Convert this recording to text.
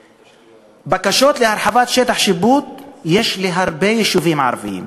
בקשות להרחבת שטח השיפוט יש להרבה יישובים ערביים.